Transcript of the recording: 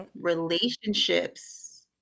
relationships